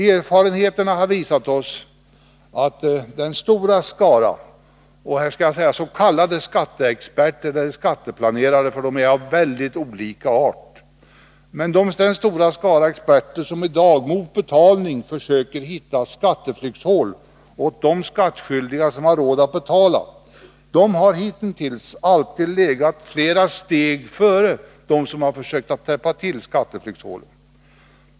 Erfarenheterna har visat oss att den stora skaran av s.k. skatteexperter och skatteplanerare — de är av många olika slag — som i dag mot betalning försöker hitta skatteflyktshål åt de skattskyldiga som har råd att betala, alltid har legat flera steg före dem som har försökt täppa till skatteflyktshålen.